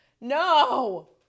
No